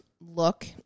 look